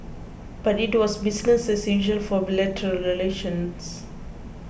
but it was business as usual for bilateral relations